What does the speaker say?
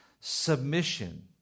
submission